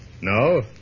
No